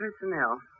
personnel